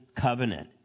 covenant